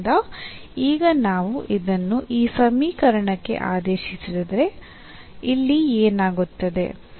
ಆದ್ದರಿಂದ ಈಗ ನಾವು ಇದನ್ನು ಈ ಸಮೀಕರಣಕ್ಕೆ ಆದೇಶಿಸಿದರೆ ಇಲ್ಲಿ ಏನಾಗುತ್ತದೆ